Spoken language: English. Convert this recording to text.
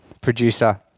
producer